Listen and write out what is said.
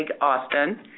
Austin